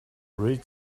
read